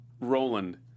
Roland